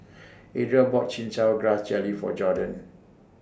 Adriel bought Chin Chow Grass Jelly For Jorden